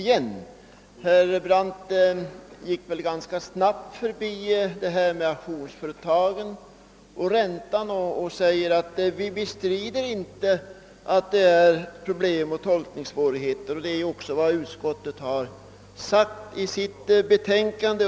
Herr Brandt gick ganska snabbt förbi frågan om auktionsföretagen och räntan och framhöll att utskottet inte bestrider att det kan bli problem och tolkningssvårigheter och att detta också är vad utskottet har sagt i sitt betänkande.